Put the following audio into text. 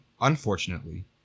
unfortunately